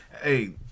Hey